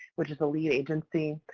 which is the lead agency.